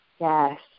Yes